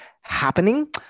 happening